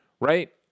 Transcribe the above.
right